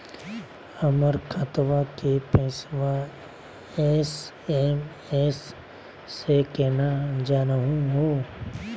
हमर खतवा के पैसवा एस.एम.एस स केना जानहु हो?